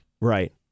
Right